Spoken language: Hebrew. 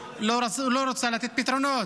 לא רוצה לתת פתרונות.